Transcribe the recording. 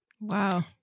Wow